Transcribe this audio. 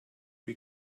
wie